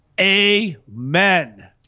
Amen